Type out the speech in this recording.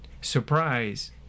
Surprise